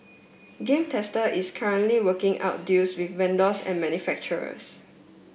Game Tester is currently working out deals with vendors and manufacturers